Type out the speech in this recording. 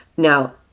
Now